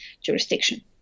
jurisdiction